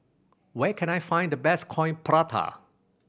where can I find the best Coin Prata